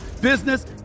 business